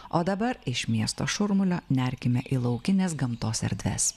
o dabar iš miesto šurmulio nerkime į laukinės gamtos erdves